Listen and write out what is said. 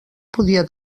podia